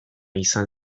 izan